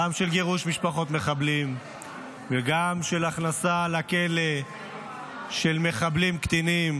גם של גירוש משפחות מחבלים וגם של הכנסה לכלא של מחבלים קטינים